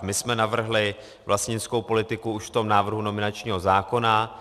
My jsme navrhli vlastnickou politiku už v tom návrhu nominačního zákona.